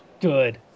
Good